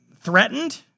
threatened